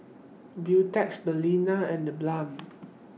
Beautex Balina and TheBalm